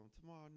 tomorrow